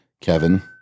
Kevin